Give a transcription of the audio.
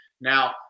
Now